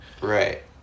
right